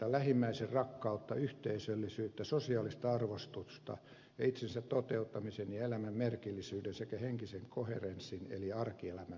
lähimmäisenrakkaus yhteisöllisyys sosiaalinen arvostus ja itsensä toteuttaminen elämän merkityksellisyys sekä henkinen koherenssi eli arkielämän hallittavuus